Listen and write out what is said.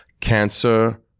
cancer